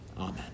Amen